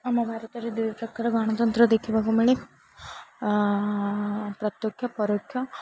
ଆମ ଭାରତରେ ଦୁଇ ପ୍ରକାର ଗଣତନ୍ତ୍ର ଦେଖିବାକୁ ମିଳେ ପ୍ରତ୍ୟକ୍ଷ ପରୋକ୍ଷ